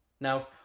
Now